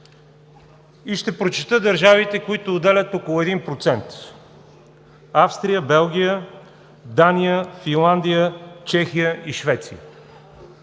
И ще прочета държавите, които отделят около 1%: Австрия, Белгия, Дания, Финландия, Чехия и Швеция.